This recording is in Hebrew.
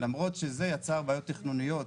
למרות שזה יצר בעיות תכנוניות